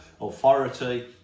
authority